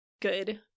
good